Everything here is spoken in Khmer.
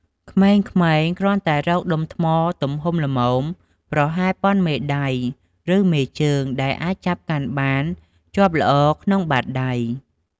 ក្មេងៗគ្រាន់តែរកដុំថ្មទំហំល្មមប្រហែលប៉ុនមេដៃ ឬមេជើង ដែលអាចចាប់កាន់បានជាប់ល្អក្នុងបាតដៃ។